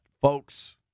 folks